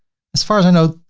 as far as i know,